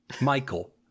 Michael